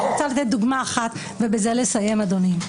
אני רוצה לתת דוגמה אחת, ובזה לסיים, אדוני.